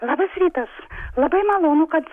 labas rytas labai malonu kad